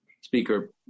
speaker